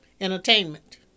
entertainment